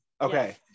okay